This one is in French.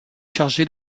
chargé